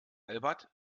albert